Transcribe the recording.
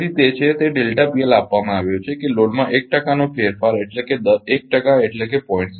તેથી તે છે તે આપવામાં આવ્યો છે કે લોડમાં 1 ટકાનો ફેરફાર એટલે કે 1 ટકા એટલે કે 0